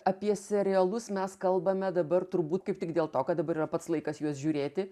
apie serialus mes kalbame dabar turbūt kaip tik dėl to kad dabar yra pats laikas juos žiūrėti